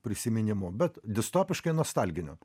prisiminimu bet distopiškai nostalginiu